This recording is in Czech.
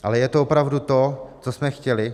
Ale je to opravdu to, co jsme chtěli?